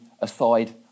aside